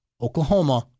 Oklahoma